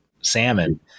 salmon